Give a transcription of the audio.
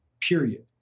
Period